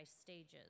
stages